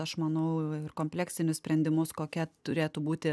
aš manau ir kompleksinius sprendimus kokia turėtų būti